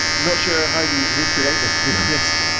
i'm not sure how you recreate this to be honest.